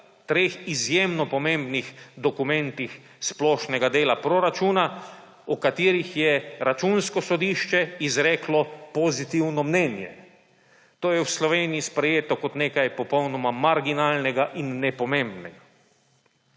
treh izjemno pomembnih dokumentih splošnega dela proračuna, o katerih je Računsko sodišče izreklo pozitivno mnenje. To je v Sloveniji sprejeto kot nekaj popolnoma marginalnega in nepomembnega.